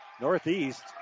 Northeast